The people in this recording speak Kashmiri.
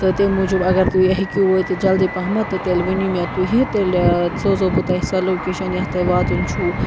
تہٕ تَمہِ موٗجوٗب اگر تُہۍ ہیٚکِو وٲتِتھ جلدی پہمتھ تہٕ تیٚلہِ ؤنِو مےٚ تُہۍ تیٚلہِ سوزو بہٕ تۄہہِ سۄ لوکیشَن یَتھ تۄہہِ واتُن چھُو